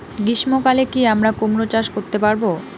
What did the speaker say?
গ্রীষ্ম কালে কি আমরা কুমরো চাষ করতে পারবো?